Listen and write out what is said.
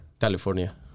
california